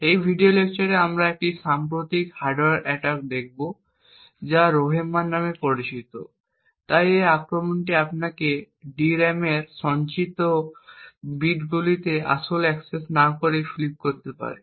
এই ভিডিও লেকচারে আমরা একটি সাম্প্রতিক হার্ডওয়্যার আক্রমণ দেখব যা একটি রোহ্যামার নামে পরিচিত তাই এই আক্রমণটি আপনাকে DRAM এ সঞ্চিত বিটগুলিকে আসলে অ্যাক্সেস না করেই ফ্লিপ করতে দেবে